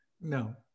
No